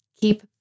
keep